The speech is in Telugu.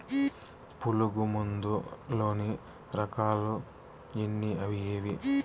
పులుగు మందు లోని రకాల ఎన్ని అవి ఏవి?